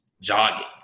jogging